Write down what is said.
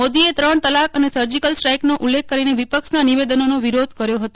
મોદીએ ત્રણ તલાક અને સર્જિકલ સ્ટ્રાઈકનો ઉલ્લેખ કરીને વિપક્ષનાં નિવેદનોનો વિરોધ કર્યો હતો